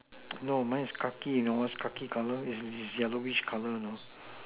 no mine is khaki you know you know what is khaki colour it's yellowish colour you know